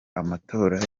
amatora